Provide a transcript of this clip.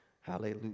hallelujah